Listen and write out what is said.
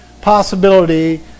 possibility